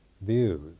views